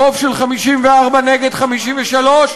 ברוב של 54 נגד 53,